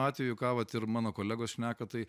atveju ką vat ir mano kolegos šneka tai